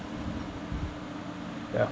ya